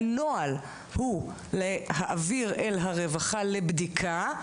הנוהל הוא להעביר אל הרווחה לבדיקה,